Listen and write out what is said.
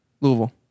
Louisville